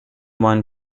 won